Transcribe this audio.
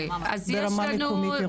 ברמה מקומית עירונית.